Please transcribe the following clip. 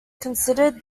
considered